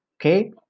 okay